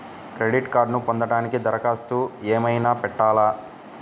Credit కార్డ్ను పొందటానికి దరఖాస్తు ఏమయినా పెట్టాలా?